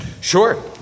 Sure